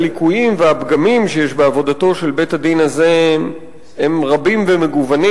הליקויים והפגמים שיש בעבודתו של בית-הדין הזה הם רבים ומגוונים.